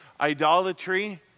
idolatry